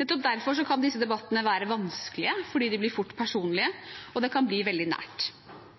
Nettopp derfor kan disse debattene være vanskelige, fordi de fort blir personlige, og det kan bli veldig nært.